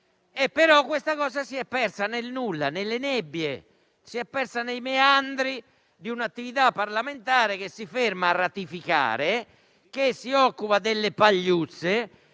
ma questa iniziativa si è persa nel nulla, nelle nebbie, nei meandri di un'attività parlamentare che si ferma a ratificare, che si occupa delle pagliuzze